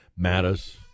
Mattis